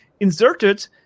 Inserted